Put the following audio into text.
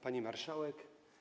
Pani Marszałek!